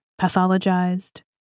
pathologized